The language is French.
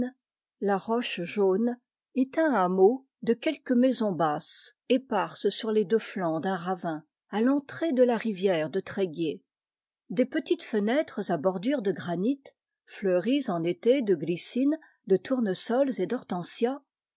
est un hameau de quelques maisons basses éparses sur les deux flancs d'un ravin à l'entrée de la rivière de tréguier des petites fenêtres à bordure de granit fleuries en été de glycines de tournesols et d'hortensias